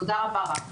תודה רבה לך.